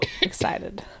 excited